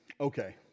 Okay